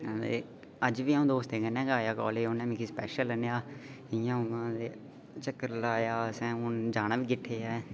ते अज्ज बी अं'ऊ दोस्तें कन्नै गै आया कॉलेज उ'न्ने मिगी स्पेशल आह्नेआ इं'या उं'आ ते चक्कर लाया असें ते हू'न जाना बी किट्ठे ऐ